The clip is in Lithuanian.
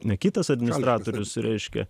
ne kitas administratorius reiškia